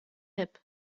hip